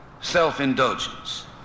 self-indulgence